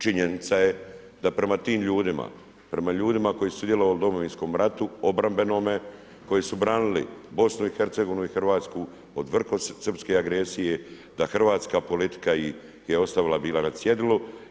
Činjenica je da prema tim ljudima, prema ljudima koji su sudjelovali u Domovinskom ratu, obrambenome, koji su branili BiH-a i Hrvatsku od … srpske agresije, da hrvatska politika ih je ostavila bila na cjedilu.